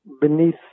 beneath